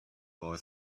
boy